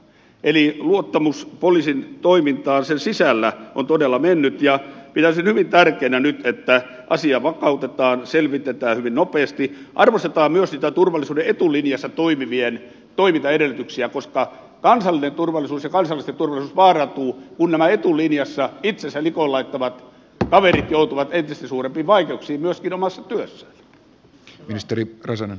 eli luottamus poliisin toimintaan sen sisällä on todella mennyt ja pitäisin hyvin tärkeänä nyt että asia vakautetaan selvitetään hyvin nopeasti arvostetaan myös turvallisuuden etulinjassa toimivien toimintaedellytyksiä koska kansallinen turvallisuus ja kansalaisten turvallisuus vaarantuvat kun nämä etulinjassa itsensä likoon laittavat kaverit joutuvat entistä suurempiin vaikeuksiin myöskin omassa työssään